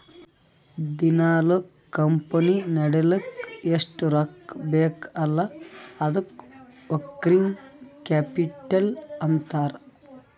ದಿನಾಲೂ ಕಂಪನಿ ನಡಿಲ್ಲಕ್ ಎಷ್ಟ ರೊಕ್ಕಾ ಬೇಕ್ ಅಲ್ಲಾ ಅದ್ದುಕ ವರ್ಕಿಂಗ್ ಕ್ಯಾಪಿಟಲ್ ಅಂತಾರ್